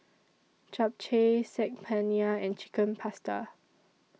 Japchae Saag Paneer and Chicken Pasta